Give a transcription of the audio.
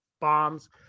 bombs